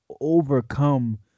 overcome